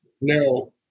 No